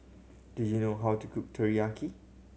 do you know how to cook Teriyaki